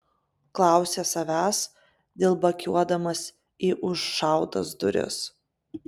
klausė savęs dilbakiuodamas į užšautas duris